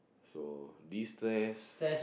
so destress